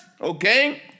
okay